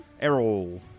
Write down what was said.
Errol